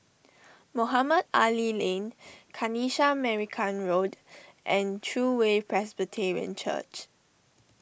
Mohamed Ali Lane Kanisha Marican Road and True Way Presbyterian Church